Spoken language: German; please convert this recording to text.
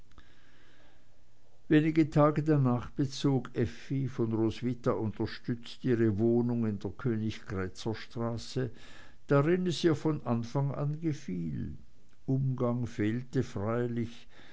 wenige tage danach bezog effi von roswitha unterstützt ihre wohnung in der königgrätzer straße darin es ihr von anfang an gefiel umgang fehlte freilich